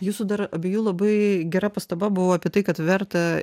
jūsų dar abiejų labai gera pastaba buvo apie tai kad verta